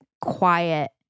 quiet